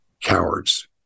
Cowards